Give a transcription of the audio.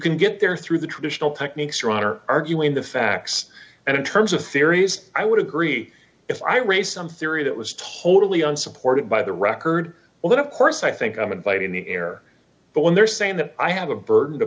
can get there through the traditional techniques your honor arguing the facts and in terms of the series i would agree if i raised some theory that was totally unsupported by the record well then of course i think i'm inviting the air but when they're saying that i have the burden to